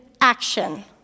action